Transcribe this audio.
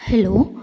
hello